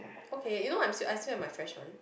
okay you know what I am I still have my fresh one